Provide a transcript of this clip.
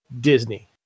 Disney